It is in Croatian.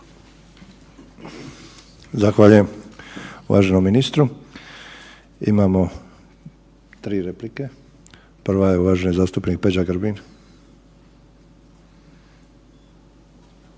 Zahvaljujem uvaženom ministru. Imamo 3 replike. Prva je uvaženi zastupnik Peđa Grbin.